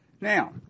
Now